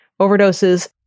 overdoses